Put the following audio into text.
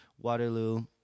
Waterloo